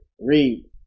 Read